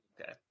Okay